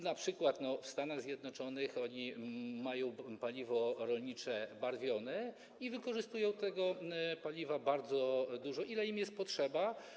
Na przykład w Stanach Zjednoczonych oni mają paliwo rolnicze barwione i wykorzystują tego paliwa bardzo dużo, tyle ile im potrzeba.